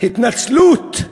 התנצלות,